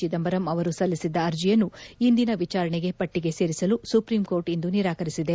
ಚಿದಂಬರಂ ಅವರು ಸಲ್ಲಿಸಿದ್ದ ಅರ್ಜಿಯನ್ನು ಇಂದಿನ ವಿಚಾರಣೆ ಪಟ್ನಿಗೆ ಸೇರಿಸಲು ಸುಪ್ರೀಂಕೋರ್ಟ್ ಇಂದು ನಿರಾಕರಿಸಿದೆ